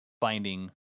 finding